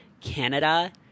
Canada